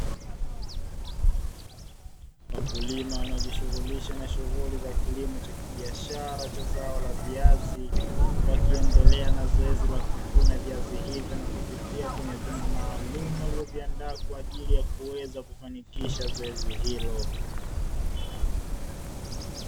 Wakulima wanaojishughulisha na kilimo cha kibiashara cha zao la viazi, wakiendelea na zoezi la kuvuna viazi hivyo na kuvitia kwenye vyombo maalumu, kuviandaa kwa ajili ya kuweza kufanikisha zoezi hilo.